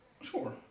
Sure